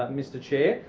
ah mr chair,